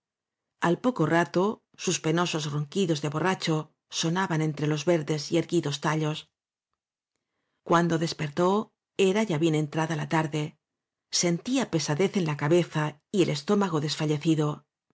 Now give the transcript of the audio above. al poco rato sus penosos ronquidos de borracho sonaban entre los verdes y erguidos tallos cuando despertó era ya bien entrada la tarde sentía pesadez en la cabeza y el estó mago desfallecido